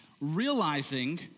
realizing